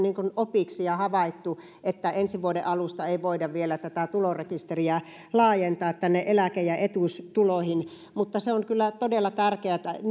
opiksi ja havaittu että ensi vuoden alusta ei voida vielä tätä tulorekisteriä laajentaa eläke ja etuustuloihin mutta se on kyllä todella tärkeätä että